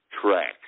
tracks